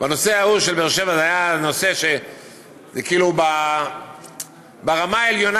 הנושא ההוא של באר שבע היה נושא שהוא כאילו ברמה העליונה